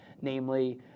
namely